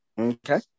Okay